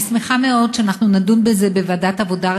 אני שמחה מאוד שאנחנו נדון בזה בוועדת העבודה,